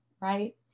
right